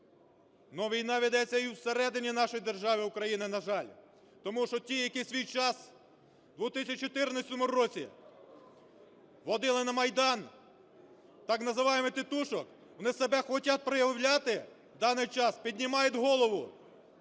но війна ведеться і всередині нашої держави Україна, на жаль. Тому що ті, які в свій час в 2014 році водили на Майдан так называемых "тітушок", вони себе хочуть проявляти в даний час, піднімають голову.